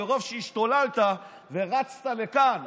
מרוב שהשתוללת ורצת לכאן,